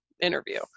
interview